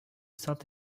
saint